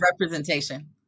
representation